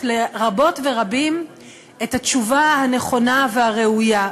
לרבות ורבים את התשובה הנכונה והראויה.